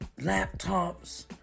laptops